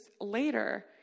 later